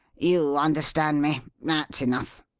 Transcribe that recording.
you understand me that's enough.